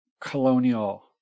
colonial